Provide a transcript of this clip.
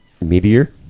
Meteor